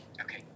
Okay